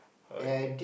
oh okay